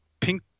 pink